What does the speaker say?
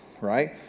right